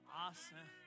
awesome